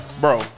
bro